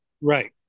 Right